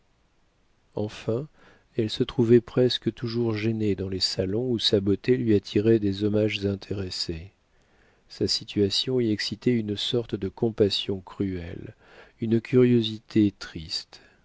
enfin elle se trouvait presque toujours gênée dans les salons où sa beauté lui attirait des hommages intéressés sa situation y excitait une sorte de compassion cruelle une curiosité triste